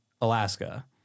Alaska